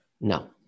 no